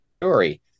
story